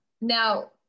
Now